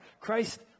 Christ